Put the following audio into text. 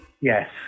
Yes